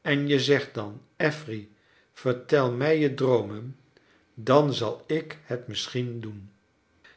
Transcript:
en je zegt dan affery vertel mij je droomen dan zal ik het misschien doen